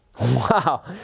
Wow